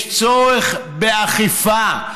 יש צורך באכיפה,